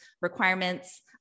requirements